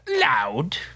loud